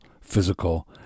Physical